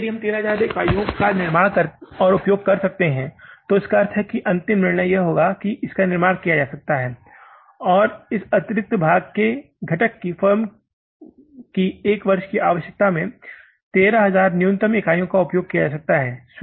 इसलिए यदि हम 13000 इकाइयों का निर्माण और उपयोग कर सकते हैं तो इसका अर्थ है कि अंतिम निर्णय यह होगा कि इसका निर्माण किया जा सकता है और इस अतिरिक्त भाग के घटक की फर्म की एक वर्ष की आवश्यकता में 13000 न्यूनतम इकाइयों का उपयोग किया जा सकता है